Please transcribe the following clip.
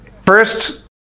first